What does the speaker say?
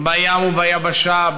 בים וביבשה,